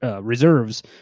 reserves